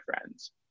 friends